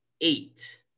eight